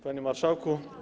Panie Marszałku!